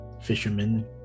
Fishermen